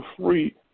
free